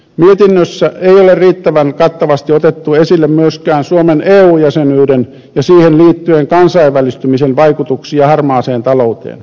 mietinnössä ei ole riittävän kattavasti otettu esille myöskään suomen eu jäsenyyden ja siihen liittyen kansainvälistymisen vaikutuksia harmaaseen talouteen